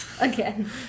Again